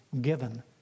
given